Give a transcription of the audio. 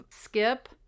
Skip